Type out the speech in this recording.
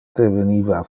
deveniva